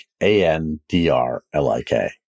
a-n-d-r-l-i-k